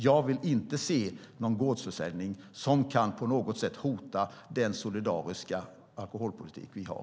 Jag vill inte se någon gårdsförsäljning som kan på något sätt hota den solidariska alkoholpolitik vi har.